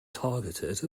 targeted